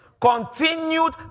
Continued